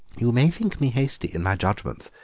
you may think me hasty in my judgments,